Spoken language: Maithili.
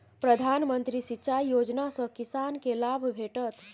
प्रधानमंत्री सिंचाई योजना सँ किसानकेँ लाभ भेटत